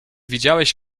widziałeś